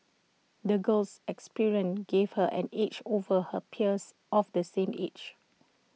the girl's experiences gave her an edge over her peers of the same age